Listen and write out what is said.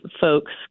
folks